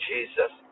Jesus